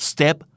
Step